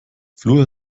fluor